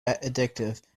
addictive